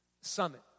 Summit